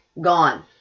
Gone